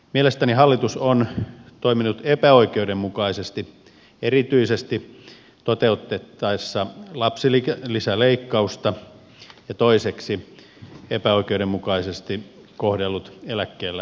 mielestäni hallitus on toiminut epäoikeudenmukaisesti erityisesti toteutettaessa lapsilisäleikkausta ja toiseksi epäoikeudenmukaisesti kohdellut eläkkeellä olevia